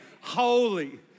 Holy